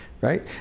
right